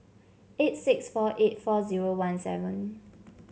eight six four eight four zero one seven